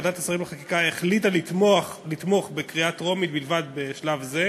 ועדת השרים לחקיקה החליטה לתמוך בקריאה טרומית בלבד בשלב זה,